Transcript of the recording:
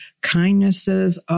kindnesses